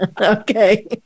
Okay